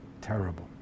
terrible